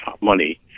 money